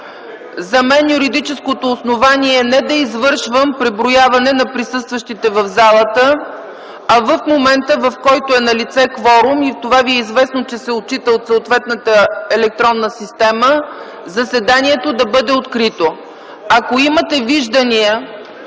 За мен юридическото основание е не да извършвам преброяване на присъстващите в залата, а в момента, в който е налице кворум – и това Ви е известно, че се отчита от съответната електронна система – заседанието да бъде открито. Ако имате виждания,